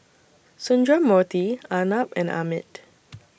Sundramoorthy Arnab and Amit